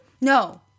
No